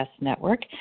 Network